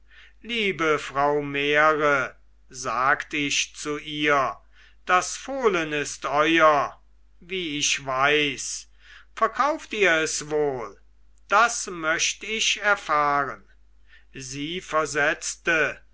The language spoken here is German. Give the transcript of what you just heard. liebe frau mähre sagt ich zu ihr das fohlen ist euer wie ich weiß verkauft ihr es wohl das möcht ich erfahren sie versetzte